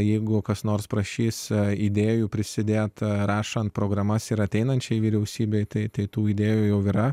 jeigu kas nors prašys idėjų prisidėti rašant programas ir ateinančiai vyriausybei tai tų idėjų jau yra